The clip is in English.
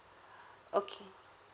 okay